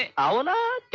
ah ah and